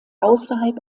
außerhalb